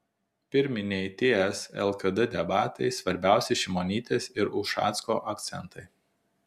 pirminiai ts lkd debatai svarbiausi šimonytės ir ušacko akcentai